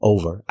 Over